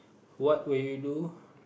what will you do